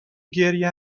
گریه